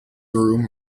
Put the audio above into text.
through